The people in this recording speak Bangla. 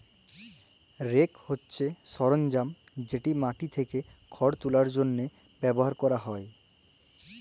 রেক হছে সরলজাম যেট মাটি থ্যাকে খড় তুলার জ্যনহে ব্যাভার ক্যরা হ্যয়